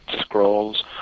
scrolls